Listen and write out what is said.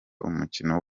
umukino